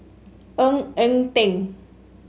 Ng Eng Teng